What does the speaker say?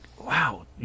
wow